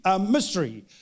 mystery